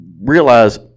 realize